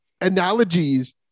analogies